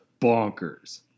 bonkers